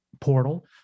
portal